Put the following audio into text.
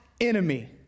enemy